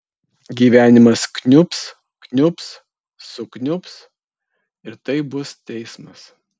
gyvenimas kniubs kniubs sukniubs ir tai bus teismas